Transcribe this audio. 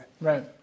right